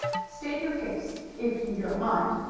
state your case, if you don't mind.